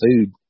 food